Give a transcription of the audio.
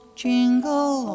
jingle